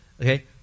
okay